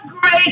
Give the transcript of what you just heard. great